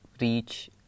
reach